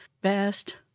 best